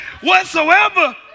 whatsoever